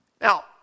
Now